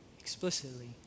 explicitly